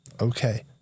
Okay